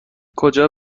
کجا